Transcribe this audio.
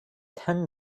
ten